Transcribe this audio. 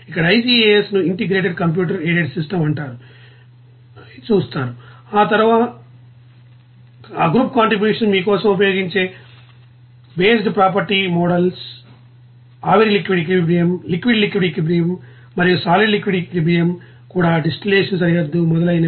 ఇక్కడ ICAS ను integrated computer aided systems అంటారు అవి మీరు చూస్తారు ఆ గ్రూప్ కంట్రిబ్యూషన్ మీ కోసం ఉపయోగించే బేస్డ్ ప్రాపర్టీ మోడల్స్ ఆవిరి liquid equilibrium liquid liquid equilibrium మరియు సాలిడ్ లిక్విడ్ ఈక్విలిబ్రియం కూడా డిస్టిల్లషన్ సరిహద్దు మొదలైనవి